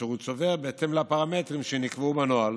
אשר הוא צובר, בהתאם לפרמטרים שנקבעו בנוהל,